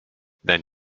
then